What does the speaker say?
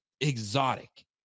exotic